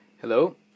Hello